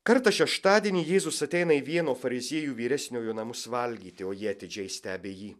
kartą šeštadienį jėzus ateina į vieno fariziejų vyresniojo namus valgyti o jie atidžiai stebi jį